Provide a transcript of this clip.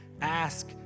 ask